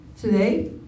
today